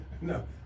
No